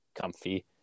comfy